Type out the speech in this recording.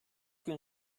gün